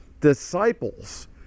disciples